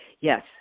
Yes